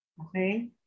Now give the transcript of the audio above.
okay